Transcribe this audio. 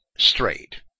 Straight